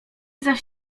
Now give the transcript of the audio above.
zaś